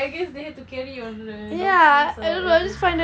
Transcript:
I guess they have to carry on the donkey or whatever